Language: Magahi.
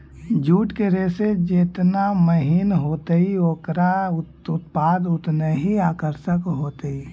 जूट के रेशा जेतना महीन होतई, ओकरा उत्पाद उतनऽही आकर्षक होतई